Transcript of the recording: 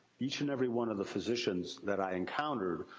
each and every one of the physicians that i encountered,